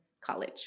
College